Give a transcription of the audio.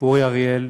אורי אריאל.